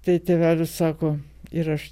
tai tėvelis sako ir aš